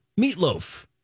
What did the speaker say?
Meatloaf